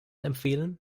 empfehlen